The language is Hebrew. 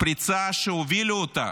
פריצה שהובילו אותה